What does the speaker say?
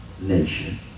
nation